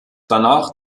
danach